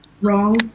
wrong